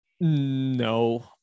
No